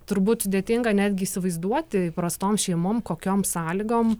turbūt sudėtinga netgi įsivaizduoti įprastoms šeimom kokiom sąlygom